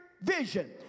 vision